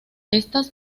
estas